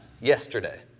yesterday